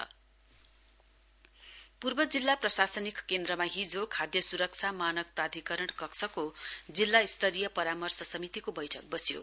ईट right challenge पूर्व जिल्ला प्रशासनिक केन्द्रमा हिजो खाद्य सुरक्षा मानक प्राधिकरण कक्षको जिल्ला स्तरीय परामर्श समितिको बैठक बस्यो